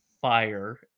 fire